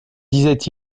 disait